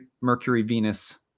Mercury-Venus